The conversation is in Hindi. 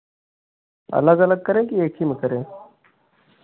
अलग अलग करें कि एक ही में करें